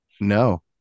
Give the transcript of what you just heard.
No